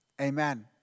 Amen